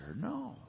No